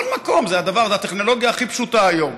כל מקום, זה הטכנולוגיה הכי פשוטה היום.